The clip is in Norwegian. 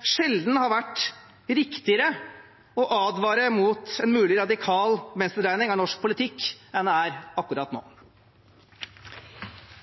sjelden har vært riktigere å advare mot en mulig radikal venstredreining av norsk politikk enn det er akkurat nå.